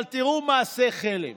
אבל תראו מעשה חלם: